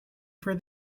for